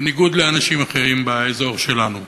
בניגוד לאנשים אחרים באזור שלנו.